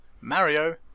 Mario